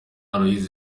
aloys